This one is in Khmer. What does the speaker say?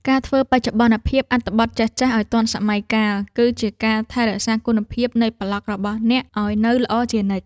ការធ្វើបច្ចុប្បន្នភាពអត្ថបទចាស់ៗឱ្យទាន់សម័យកាល គឺជាការថែរក្សាគុណភាពនៃប្លក់របស់អ្នកឱ្យនៅល្អជានិច្ច។